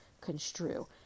construe